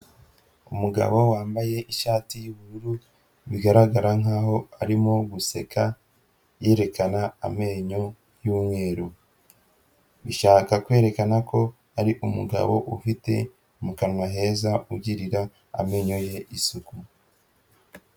Umugabo wambaye ishati y'ubururu bigaragara nkaho arimo guseka yerekana amenyo y'umweru. Bishaka kwerekana ko ari umugabo ufite mu kanwa heza, ugirira amenyo ye isuku.